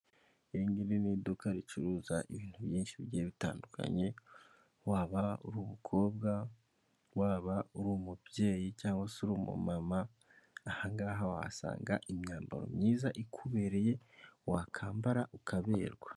Iringiri ni iduka ricuruza ibintu byinshi bigiye bitandukanye waba uri umukobwa waba uri umubyeyi cyangwa se uri umumama ahangaha wasanga imyambaro myiza ikubereye wakwambara ukaberwa.